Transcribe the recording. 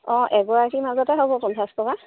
অঁ এগৰাকীৰ মাজতে হ'ব পঞ্চাছ টকা